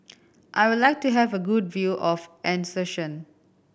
I would like to have a good view of Asuncion